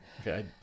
Okay